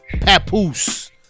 papoose